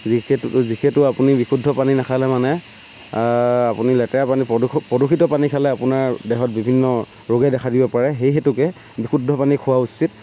যিহেতু যিহেতু আপুনি বিশুদ্ধ পানী নাখালে মানে আপুনি লেতেৰা পানী প্ৰদূষক প্ৰদূষিত পানী খালে আপোনাৰ দেহত বিভিন্ন ৰোগে দেখা দিব পাৰে সেই হেতুকে বিশুদ্ধ পানী খোৱা উচিত